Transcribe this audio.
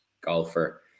golfer